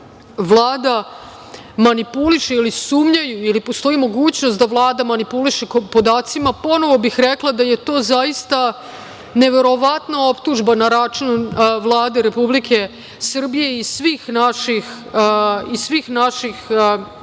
Vlada manipuliše, sumnjaju ili postoji mogućnost da Vlada manipuliše podacima, ponovo bih rekla da je to zaista neverovatna optužba na račun Vlade Republike Srbije i svih naših službi